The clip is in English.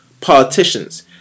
politicians